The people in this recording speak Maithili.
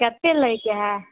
कतेक लैके हइ